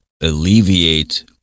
alleviate